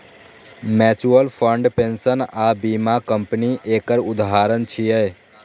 mutual fund, pension आ बीमा company एकर उदाहरण छियै